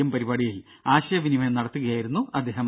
M പരിപാടിയിൽ ആശയവിനിമയം നടത്തുകയായിരുന്നു അദ്ദേഹം